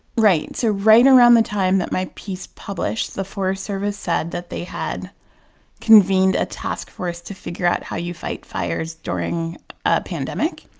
right. so right around the time that my piece published, the forest service said that they had convened a task force to figure out how you fight fires during a pandemic.